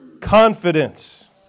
confidence